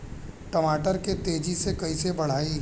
टमाटर के तेजी से कइसे बढ़ाई?